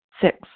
Six